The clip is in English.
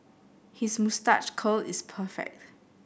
his moustache curl is perfect